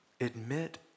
Admit